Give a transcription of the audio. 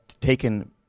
taken